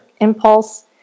impulse